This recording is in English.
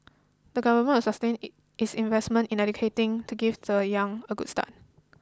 the government will sustain its investments in education to give the young a good start